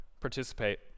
participate